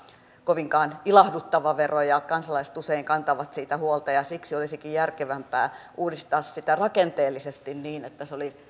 kovinkaan ilahduttava vero ja kansalaiset usein kantavat siitä huolta siksi olisikin järkevämpää uudistaa sitä rakenteellisesti niin että